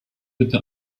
bitte